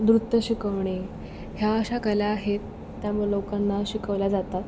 नृत्य शिकवणे ह्या अशा कला आहेत त्या मग लोकांना शिकवल्या जातात